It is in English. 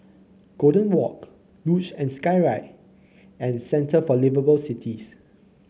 Golden Walk Luge and Skyride and Centre for Liveable Cities